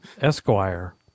esquire